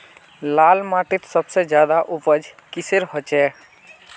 लाल माटित सबसे ज्यादा उपजाऊ किसेर होचए?